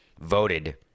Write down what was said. voted